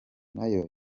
nayo